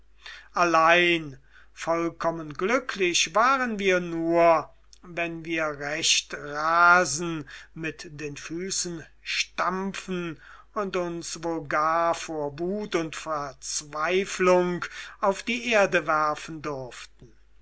allein vollkommen glücklich waren wir nur wenn wir recht rasen mit den füßen stampfen und uns wohl gar vor wut und verzweiflung auf die erde werfen durften